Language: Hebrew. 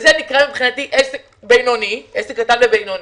מבחינתי זה נקרא עסק קטן ובינוני,